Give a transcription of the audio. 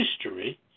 history